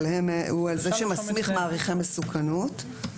אבל הוא זה שמסמיך מעריכי מסוכנות.